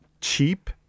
Cheap